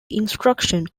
instruction